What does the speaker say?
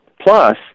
Plus